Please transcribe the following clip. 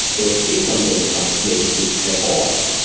or if i'm going to buy tomato soup at all.